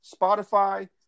Spotify